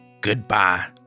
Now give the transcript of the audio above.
Goodbye